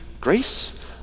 grace